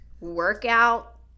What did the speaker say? workout